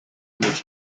which